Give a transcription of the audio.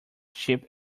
cheap